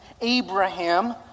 Abraham